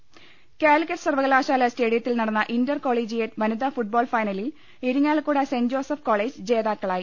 ദർവ്വട്ടെഴ കാലിക്കറ്റ് സർവകലാശാല സ്റ്റേഡിയത്തിൽ നടന്ന ഇന്റർകൊളീജിയേ റ്റ് വനിതാ ഫുട്ബാൾ ഫൈനലിൽ ഇരിങ്ങാലക്കുട സെന്റ്ജോസഫ് കോളെ ജ് ജേതാക്കളായി